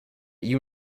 you